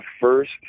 first